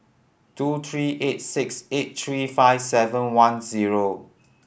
two three eight six eight three five seven one zero